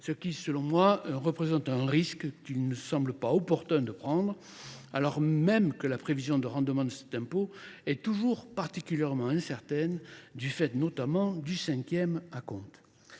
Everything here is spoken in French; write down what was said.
ce qui, selon moi, représente un risque qu'il ne semble pas opportun de prendre alors même que la prévision de rendement de cet impôt est toujours particulièrement incertaine du fait notamment du cinquième à compte.